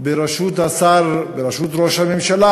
בראשות השר, בראשות ראש הממשלה,